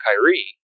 Kyrie